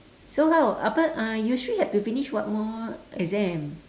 so how apa uh yusri have to finish what more exam